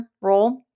role